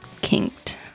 kinked